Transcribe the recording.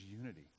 unity